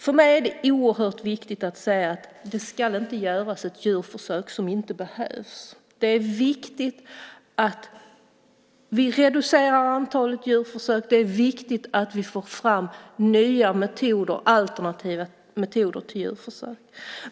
För mig är det oerhört viktigt att säga att det inte ska göras ett djurförsök som inte behövs. Det är viktigt att vi reducerar antalet djurförsök. Det är viktigt att vi får fram nya alternativa metoder till djurförsök.